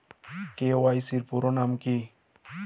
KYC এর পুরোনাম কী?